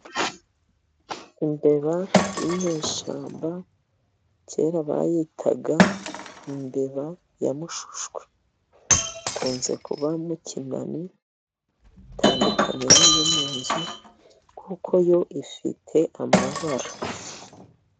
Imbeba y'inyeshyamba kera bayitaga imbeba ya mushushwe, ikunze kuba mukinani, itandukanye n'iyo mu nzu kuko yo ifite amabara.